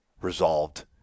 resolved